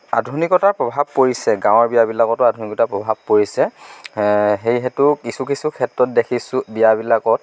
আধুনিকতাৰ প্ৰভাৱ পৰিছে গাঁৱৰ বিয়াবিলাকতো আধুনিকতাৰ প্ৰভাৱ পৰিছে সেইহেতু কিছু কিছু ক্ষেত্ৰত দেখিছোঁ বিয়াবিলাকত